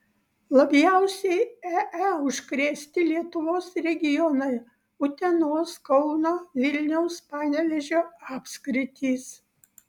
labiausiai ee užkrėsti lietuvos regionai utenos kauno vilniaus panevėžio apskritys